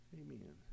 Amen